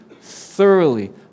thoroughly